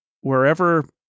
wherever